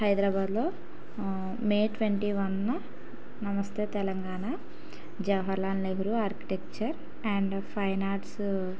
హైదరాబాదులో May twenty one Namaste Telangana Jawaharlal Nehru architecture and fine arts